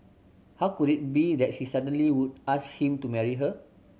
how could it be that she suddenly would ask him to marry her